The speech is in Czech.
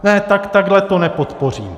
Ne, tak takhle to nepodpořím.